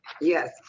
yes